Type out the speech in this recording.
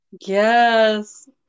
yes